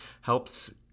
helps